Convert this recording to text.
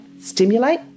stimulate